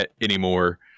anymore